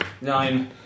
Nine